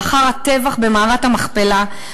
לאחר הטבח במערת המכפלה,